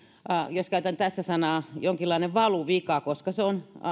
jos käytän tässä sanaa jonkinlainen valuvika koska se on